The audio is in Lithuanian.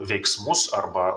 veiksmus arba